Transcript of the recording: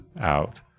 out